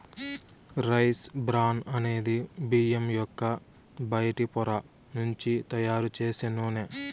rice bran అనేది బియ్యం యొక్క బయటి పొర నుంచి తయారు చేసే నూనె